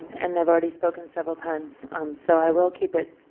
and i've already spoken several times um so i will keep it